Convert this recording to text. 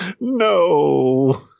no